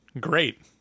Great